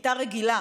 כיתה רגילה,